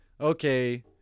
okay